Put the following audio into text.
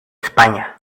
españa